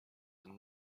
and